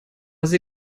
sie